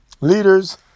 leaders